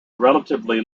relatively